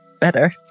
better